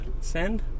send